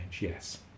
yes